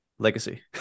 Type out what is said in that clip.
Legacy